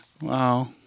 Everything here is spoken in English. Wow